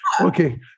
Okay